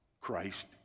Christ